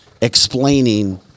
explaining